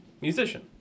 musician